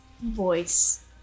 voice